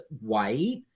white